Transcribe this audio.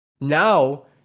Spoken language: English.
Now